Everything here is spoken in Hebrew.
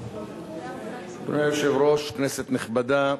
אדוני היושב-ראש, כנסת נכבדה,